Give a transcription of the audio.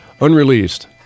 unreleased